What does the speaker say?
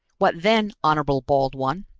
what then, honorable bald one?